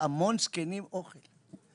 המון זקנים מחפשים אוכל.